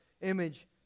image